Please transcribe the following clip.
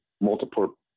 multiple